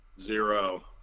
Zero